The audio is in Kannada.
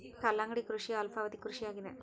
ಕಲ್ಲಂಗಡಿ ಕೃಷಿಯ ಅಲ್ಪಾವಧಿ ಕೃಷಿ ಆಗಿದೆ